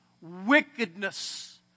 wickedness